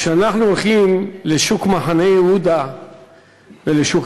שכשאנחנו הולכים לשוק מחנה-יהודה ולשוק